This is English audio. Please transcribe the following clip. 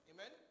Amen